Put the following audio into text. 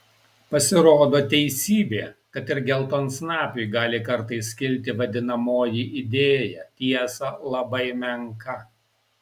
pasirodo teisybė kad ir geltonsnapiui gali kartais kilti vadinamoji idėja tiesa labai menka